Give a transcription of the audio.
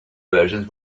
versions